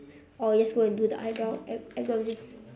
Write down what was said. or just go and do the eyebrow em~ embroidery